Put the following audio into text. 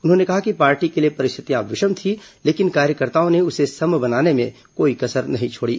उन्होंने कहा कि पार्टी के लिए परिस्थितियां विषम थीं लेकिन कार्यकर्ताओं ने उसे सम बनाने में कोई कसर नहीं छोड़ी